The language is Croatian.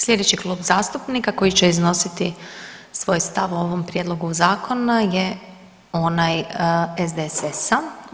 Slijedeći klub zastupnika koji će iznositi svoj stav o ovom prijedlogu zakona je onaj SDSS-a.